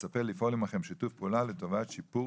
מצפה לפעול עמכם בשיתוף פעולה לטובת שיפור